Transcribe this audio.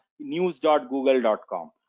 news.google.com